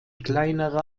kleinere